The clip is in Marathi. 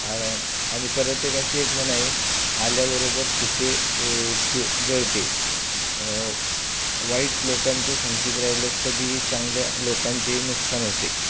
आणि परत एक अशी एक म्हण आहे ओल्याबरोबर सुके जु जळते वाईट लोकांच्या संगतीत राहिल्यास कधीही चांगल्या लोकांचेही नुकसान होते